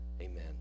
Amen